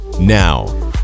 Now